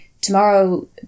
tomorrow